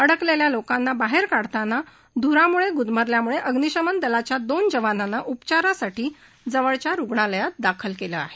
अडकलेल्या लोकांना बाहेर काढताना धुरामुळे गदमरल्यामुळे अग्निशमन दलाच्या दोन जवानांना उपचारासाठी जवळच्या रुग्णालयात दाखल केलं आहे